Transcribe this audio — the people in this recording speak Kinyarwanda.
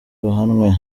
bahanwe